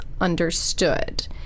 understood